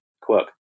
Quirk